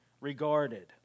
regarded